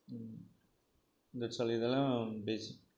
இந்த சில இதெல்லாம் பேசிக்